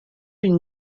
une